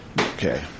Okay